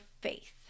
faith